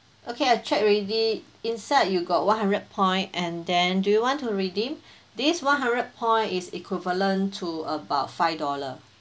okay I check already inside you got one hundred point and then do you want to redeem this one hundred point is equivalent to about five dollar